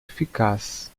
eficaz